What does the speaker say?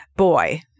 boy